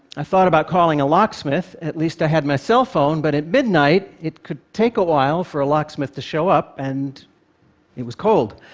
i thought about calling a locksmith at least i had my cellphone, but at midnight, it could take a while for a locksmith to show up, and it was cold.